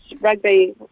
rugby